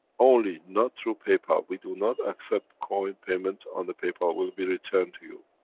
only not through paypal, we do not accept coin payment on the paypal, will be returned to you.